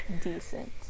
decent